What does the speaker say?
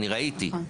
אני ראיתי.